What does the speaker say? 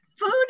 food